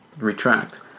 retract